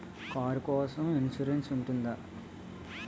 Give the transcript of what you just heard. Car కోసం insurance ఉంటుందా?